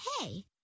hey